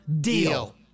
deal